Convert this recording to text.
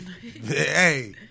Hey